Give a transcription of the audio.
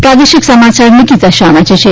પ્રાદેશિક સમાચાર નિકીતા શાહ વાંચે છે